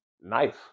nice